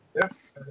Yes